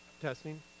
Testing